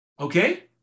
Okay